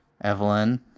Evelyn